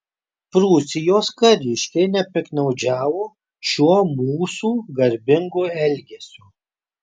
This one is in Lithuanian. prūsijos kariškiai nepiktnaudžiavo šiuo mūsų garbingu elgesiu